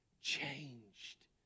Changed